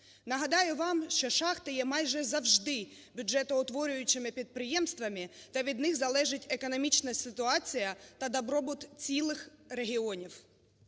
Нагадаю вас, що шахти є майже завжди бюджетоутворюючими підприємства та від них залежить економічна ситуація та добробут цілих регіонів.